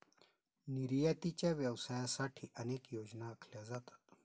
निर्यातीच्या व्यवसायासाठी अनेक योजना आखल्या जातात